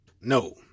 No